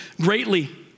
greatly